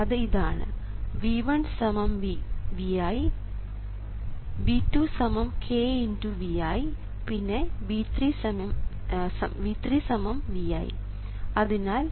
അത് ഇതാണ് V1 Vi V2 k x Vi പിന്നെ V3 Vi